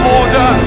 order